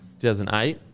2008